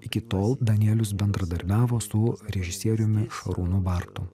iki tol danielius bendradarbiavo su režisieriumi šarūnu bartu